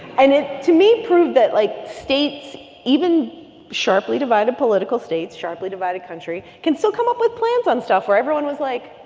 and it, to me, proved that like states even sharply divided political states, sharply divided country can still come up with plans on stuff where everyone was like,